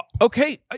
okay